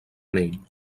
anell